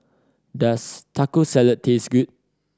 does Taco Salad taste good